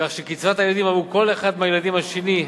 כך שקצבת הילדים עבור כל אחד מהילדים השני,